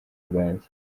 bwanjye